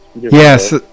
Yes